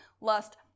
lust